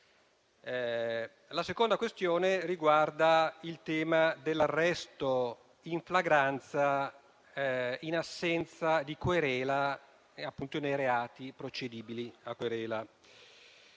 la seconda riguarda l'arresto in flagranza in assenza di querela nei reati procedibili a querela.